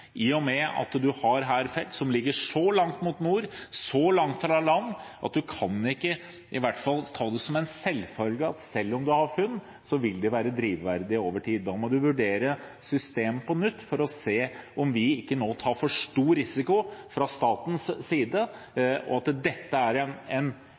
i og med at man her har felt som ligger så langt mot nord, så langt fra land at man i hvert fall ikke kan ta det som en selvfølge at selv om man har funn, vil de være drivverdige over tid. Da må man vurdere systemet på nytt for å se om ikke vi fra statens side nå tar for stor risiko,